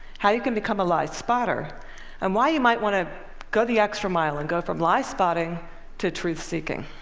how you can become a like liespotter and why you might want to go the extra mile and go from liespotting to truth seeking,